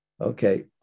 Okay